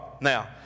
Now